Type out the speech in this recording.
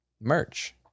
merch